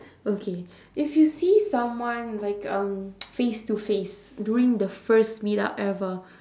okay if you see someone like um face-to-face during the first meetup ever